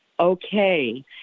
okay